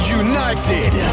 united